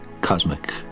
cosmic